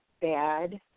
bad